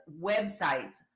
websites